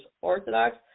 Orthodox